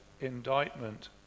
indictment